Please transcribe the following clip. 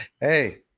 Hey